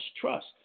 Trust